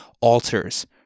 altars